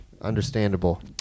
Understandable